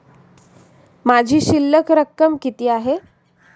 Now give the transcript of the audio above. माझी शिल्लक रक्कम किती आहे?